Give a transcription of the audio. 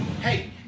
Hey